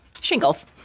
Shingles